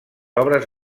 obres